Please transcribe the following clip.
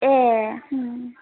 ए उम